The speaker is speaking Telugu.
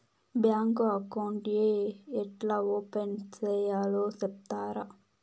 బ్యాంకు అకౌంట్ ఏ ఎట్లా ఓపెన్ సేయాలి సెప్తారా?